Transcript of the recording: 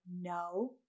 no